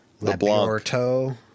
LeBlanc